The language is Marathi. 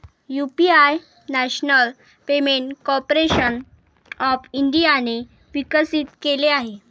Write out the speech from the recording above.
UPI national payment corporation of इंडियाने विकसित केले आहे